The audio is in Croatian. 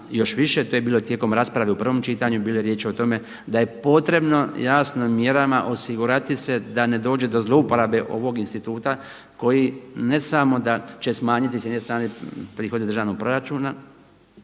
još više to je bilo rijekom rasprave u prvom čitanju bilo je riječi o tome da je potrebno jasno mjerama osigurati se da ne dođe do zlouporabe ovog instituta koji ne samo da će smanjiti s jedne strane prihode državnog proračuna